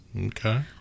Okay